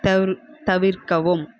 தவிர் தவிர்க்கவும்